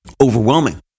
overwhelming